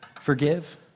forgive